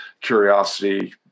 curiosity